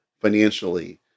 financially